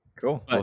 cool